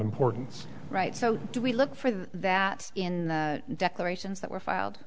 importance right so do we look for that in the declarations that were filed